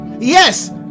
Yes